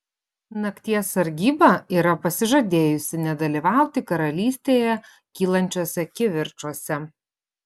nakties sargyba yra pasižadėjusi nedalyvauti karalystėje kylančiuose kivirčuose